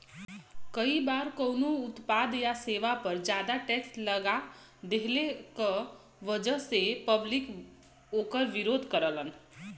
कई बार कउनो उत्पाद या सेवा पर जादा टैक्स लगा देहले क वजह से पब्लिक वोकर विरोध करलन